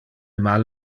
mal